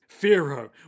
Firo